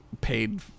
paid